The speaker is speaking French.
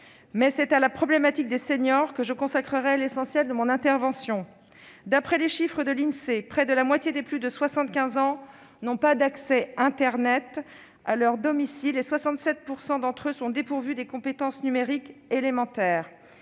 Mais c'est à la problématique des seniors que je consacrerai l'essentiel de mon intervention. D'après les chiffres de l'Insee, près de la moitié des plus de 75 ans n'ont pas d'accès internet à leur domicile et 67 % d'entre eux sont dépourvus des compétences numériques élémentaires.